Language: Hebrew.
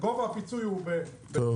גובה הפיצוי משתנה.